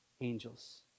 angels